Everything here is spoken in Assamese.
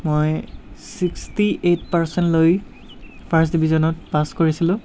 মই ছিক্সটি এইট পাৰ্ছেন্ট লৈ ফাৰ্ষ্ট ডিভিজনত পাছ কৰিছিলোঁ